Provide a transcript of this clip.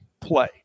play